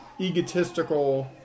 egotistical